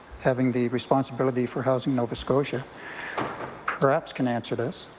having the responsibility for housing nova scotia perhaps can answer this,